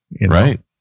Right